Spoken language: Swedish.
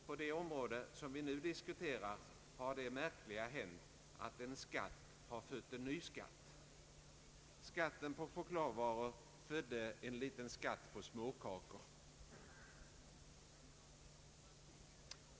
På det område som vi nu diskuterar har det märkliga hänt att en skatt har fött en ny skatt. Skatten på chokladvaror födde en liten skatt på småkakor.